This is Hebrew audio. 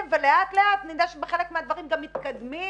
ולאט לאט נדע שבחלק מהדברים גם מתקדמים